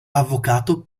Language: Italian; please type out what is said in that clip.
avvocato